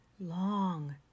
long